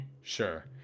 Sure